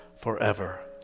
forever